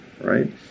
right